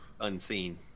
unseen